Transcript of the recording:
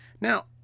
Now